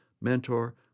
mentor